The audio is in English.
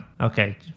okay